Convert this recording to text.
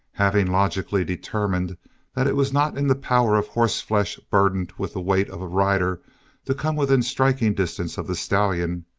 having logically determined that it was not in the power of horse flesh burdened with the weight of a rider to come within striking distance of the stallion,